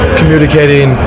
communicating